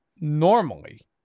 normally